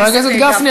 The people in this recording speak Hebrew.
חבר הכנסת גפני,